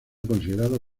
considerado